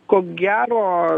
ko gero